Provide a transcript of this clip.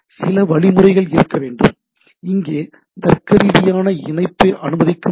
எனவே சில வழிமுறைகள் இருக்க வேண்டும் இங்கே தர்க்கரீதியான இணைப்பை அனுமதிக்கும் டி